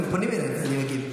אם פונים אליי, אני מגיב.